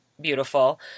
beautiful